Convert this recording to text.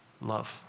love